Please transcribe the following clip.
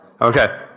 Okay